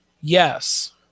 Yes